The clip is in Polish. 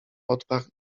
odparł